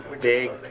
big